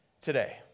today